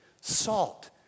Salt